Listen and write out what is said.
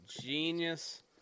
genius